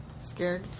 Scared